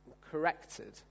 corrected